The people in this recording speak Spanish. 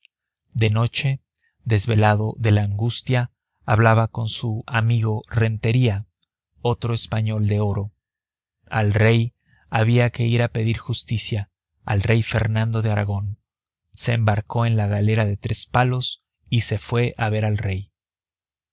de noche desvelado de la angustia hablaba con su amigo rentería otro español de oro al rey había que ir a pedir justicia al rey fernando de aragón se embarcó en la galera de tres palos y se fue a ver al rey